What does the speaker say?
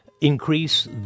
increase